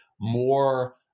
more